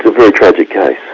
very tragic ah